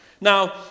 Now